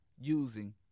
using